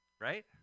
right